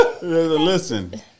Listen